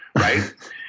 right